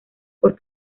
por